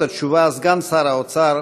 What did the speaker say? התשע"ו 2016. ימסור את התשובה סגן שר האוצר,